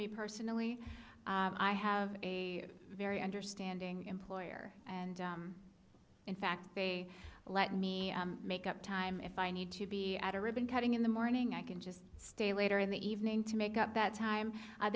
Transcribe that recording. me personally i have a very understanding employer and in fact they let me make up time if i need to be at a ribbon cutting in the morning i can just stay later in the evening to make up that time